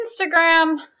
instagram